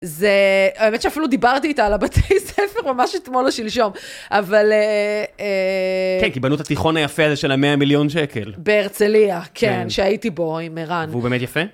זה, האמת שאפילו דיברתי איתה על הבתי ספר ממש אתמול או שלשום, אבל... כן, כי בנו את התיכון היפה הזה של המאה מיליון שקל. בהרצליה, כן, שהייתי בו עם ערן. והוא באמת יפה?